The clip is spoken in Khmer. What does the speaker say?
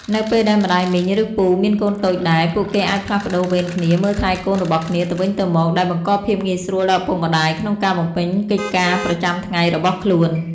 នៅពេលដែលម្ដាយមីង ឬពូ មានកូនតូចដែរ ពួកគេអាចផ្លាស់ប្ដូរវេនគ្នាមើលថែកូនរបស់គ្នាទៅវិញទៅមក ដែលបង្កភាពងាយស្រួលដល់ឪពុកម្ដាយក្នុងការបំពេញកិច្ចការងារប្រចាំថ្ងៃរបស់ខ្លួន។